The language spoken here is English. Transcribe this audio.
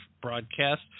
broadcast